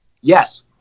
Yes